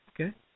Okay